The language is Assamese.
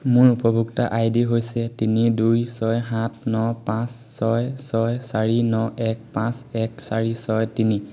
মোৰ উপভোক্তা আই ডি হৈছে তিনি দুই ছয় সাত ন পাঁচ ছয় ছয় চাৰি ন এক পাঁচ এক চাৰি ছয় তিনি